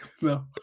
No